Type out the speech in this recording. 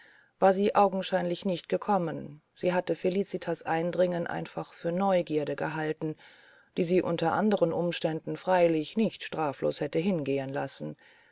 war sie augenscheinlich nicht gekommen sie hatte felicitas eindringen einfach für neugierde gehalten die sie unter anderen umständen freilich nicht straflos hätte hingehen lassen